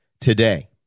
today